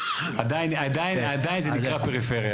עדיין זה נקרא פריפריה.